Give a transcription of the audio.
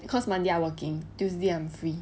because monday I'm working tuesday I'm free